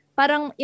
parang